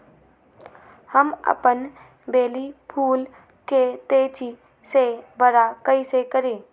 हम अपन बेली फुल के तेज़ी से बरा कईसे करी?